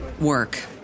work